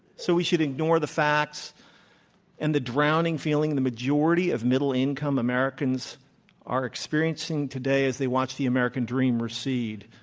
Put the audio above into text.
so, we should ignore the facts and the drowning feeling a majority of middle income americans are experiencing today, as they watch the american dream recede?